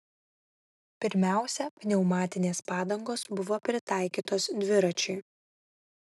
pirmiausia pneumatinės padangos buvo pritaikytos dviračiui